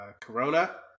corona